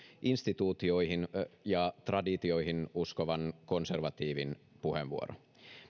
instituutioihin ja traditioihin uskovan konservatiivin puheenvuoro